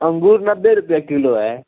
अंगूर नब्बे रुपये किलो है